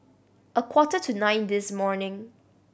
a quarter to nine this morning